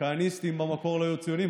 שהכהניסטים במקור לא היו ציונים,